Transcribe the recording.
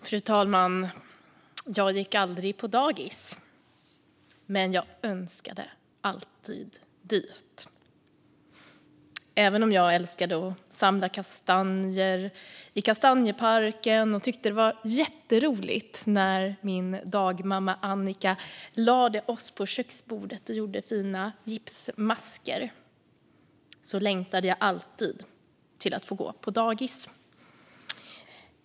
Fru talman! Jag gick aldrig på dagis, men jag längtade alltid dit. Även om jag älskade att samla kastanjer i kastanjeparken och tyckte att det var jätteroligt när min dagmamma Annika lade oss på köksbordet och gjorde fina gipsmasker längtade jag alltid efter att få gå på dagis.